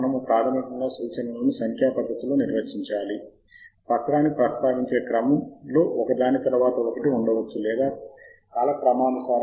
మీరు ఈ సాఫ్ట్వేర్లో సమాచారము కోసం శోధించవచ్చు మీరు వాటిని కూడా క్రమబద్ధీకరించడం కూడా చేయవచ్చు మరియు మీరు గమనికలను వ్రాయవచ్చు